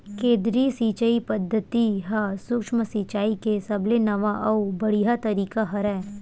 केदरीय सिचई पद्यति ह सुक्ष्म सिचाई के सबले नवा अउ बड़िहा तरीका हरय